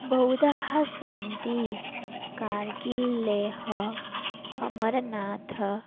बहुधा सन्ति कार्गिल् लेह अमरनाथ